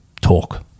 talk